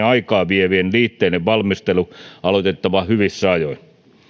aikaa vievien liitteiden valmistelu aloitettava hyvissä ajoin